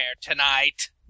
tonight